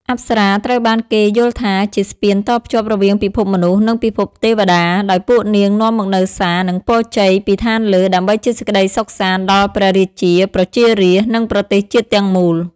អប្សរាត្រូវបានគេយល់ថាជា ស្ពានតភ្ជាប់រវាងពិភពមនុស្ស និងពិភពទេពតា ដោយពួកនាងនាំមកនូវសារ និងពរជ័យពីឋានលើ ដើម្បីជាសេចក្ដីសុខសាន្តដល់ព្រះរាជា ប្រជារាស្ត្រ និងប្រទេសជាតិទាំងមូល។